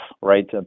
right